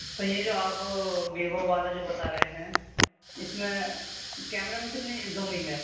تو یہ جو آپ ویوو والا جو بتا رہے ہیں اس میں کیمرے میں کتنی زومنگ ہے